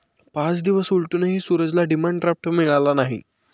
पाच दिवस उलटूनही सूरजला डिमांड ड्राफ्ट मिळाला नाही